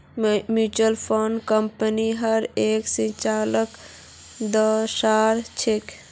mutual fund कम्पनीर हर एक संचालनक दर्शा छेक